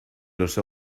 los